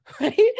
right